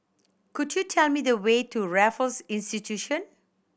could you tell me the way to Raffles Institution